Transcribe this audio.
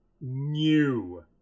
new